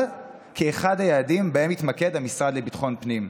כאחד היעדים שבהם יתמקד המשרד לביטחון פנים,